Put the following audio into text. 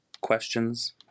questions